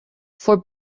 for